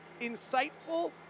insightful